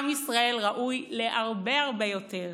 עם ישראל ראוי להרבה הרבה יותר.